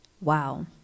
wow